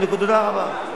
תודה רבה.